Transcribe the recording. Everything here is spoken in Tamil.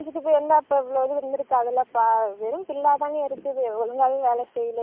இப்போ என்ன அதில் ஸ்ப்ளிட் ஏசி இருக்குங்களா இல்லை நார்மலான தண்ணி ஊற்றுற ஏர் கூலர் மாதிரி வருங்களா